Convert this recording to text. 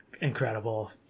incredible